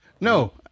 no